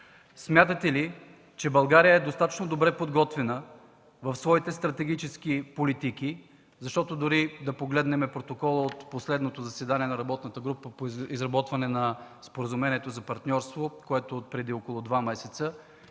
Смятате ли, че България е достатъчно добре подготвена в своите стратегически политики? Дори да погледнем протокола от последното заседание на работната група по изработване на Споразумението за партньорство, което е отпреди около два месеца,